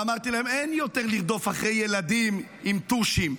ואמרתי להם: אין יותר לרדוף אחרי ילדים עם טושים.